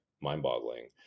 mind-boggling